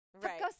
Right